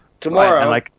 tomorrow